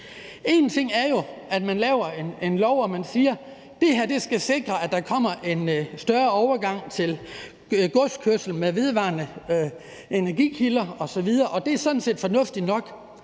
En ting er jo, at man laver en lov, hvor man siger, at den skal sikre, at der kommer en større overgang til godskørsel på vedvarende energikilder osv. – og det er sådan set fornuftigt nok